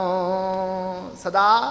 Sada